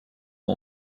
wij